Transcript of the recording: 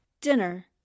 Dinner